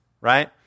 right